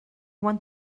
want